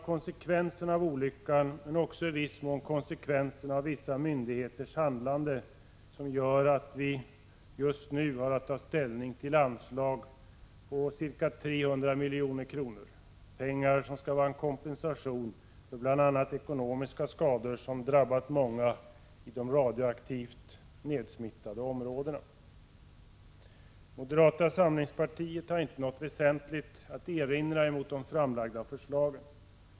Konsekvenserna av olyckan men också i viss mån konsekvenserna av vissa myndigheters handlande gör att vi i dag har att ta ställning till anslag på ca 300 miljoner — pengar som skall vara en kompensation för bl.a. ekonomiska skador som drabbat många i de radioaktivt nedsmittade områdena. Moderata samlingspartiet har inte något väsentligt att erinra mot de framlagda förslagen.